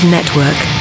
Network